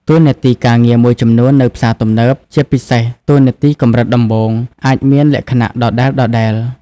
តួនាទីការងារមួយចំនួននៅផ្សារទំនើប ជាពិសេសតួនាទីកម្រិតដំបូង អាចមានលក្ខណៈដដែលៗ។